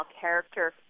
character